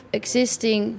existing